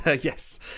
Yes